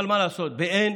אבל מה לעשות, באין